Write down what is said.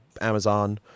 amazon